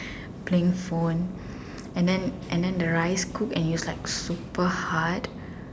playing phone and then and then the rice cook and it was like super hard